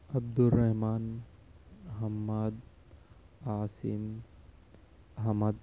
Abdul Rahman Hammad Asim Ahmad